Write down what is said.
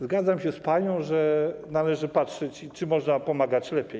Zgadzam się z panią, że należy patrzeć, czy można pomagać lepiej.